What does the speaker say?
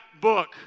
book